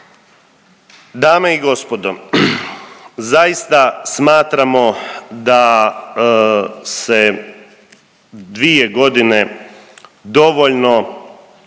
Dame i gospodo, zaista smatramo da se dvije godine dovoljno